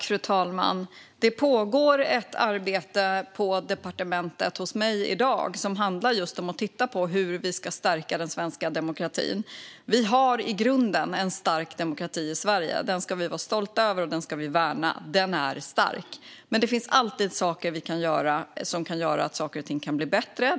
Fru talman! Det pågår i dag ett arbete hos mig på departementet som handlar just om att titta på hur vi ska stärka den svenska demokratin. Vi har i grunden en stark demokrati i Sverige. Den ska vi vara stolta över, och den ska vi värna. Demokratin är stark, men det finns alltid saker vi kan göra för att saker och ting ska bli bättre.